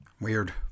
weird